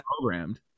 programmed